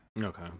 Okay